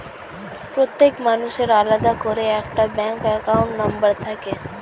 প্রত্যেক মানুষের আলাদা করে একটা ব্যাঙ্ক অ্যাকাউন্ট নম্বর থাকে